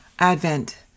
Advent